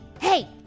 Hey